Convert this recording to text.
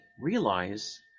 realize